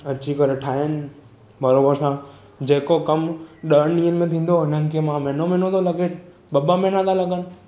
अची करे ठाहिनि बराबरि सां जेको कमु ॾह ॾींहंनि में थींदो हुननि खे महीनो महीनो थो लगे ॿ ॿ महीना था लॻनि